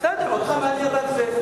בסדר, אותך מעניין רק זה.